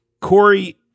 Corey